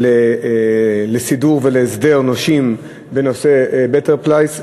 לסידור ולהסדר נושים בנושא "בטר פלייס",